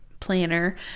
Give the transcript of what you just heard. planner